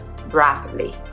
rapidly